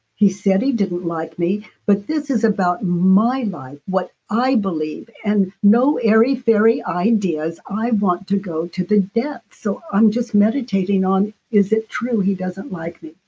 he said he didn't like me, but this is about my life, what i believe, and no airy-fairy ideas, i want to go to the depth. so i'm just meditating on, is it true he doesn't like me?